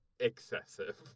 Excessive